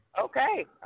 okay